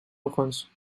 ochtends